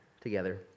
together